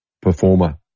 performer